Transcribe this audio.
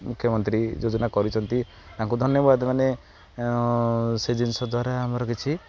ମୁଖ୍ୟମନ୍ତ୍ରୀ ଯୋଜନା କରିଛନ୍ତି ତାଙ୍କୁ ଧନ୍ୟବାଦ ମାନେ ସେ ଜିନିଷ ଦ୍ୱାରା ଆମର କିଛି